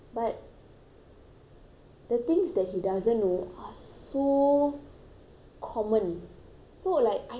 the things that he doesn't know are so common so like I I don't know explain like